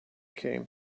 came